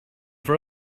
for